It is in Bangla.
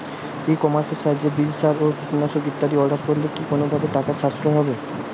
ই কমার্সের সাহায্যে বীজ সার ও কীটনাশক ইত্যাদি অর্ডার করলে কি কোনোভাবে টাকার সাশ্রয় হবে?